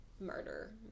murder